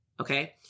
Okay